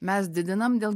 mes didinam dėl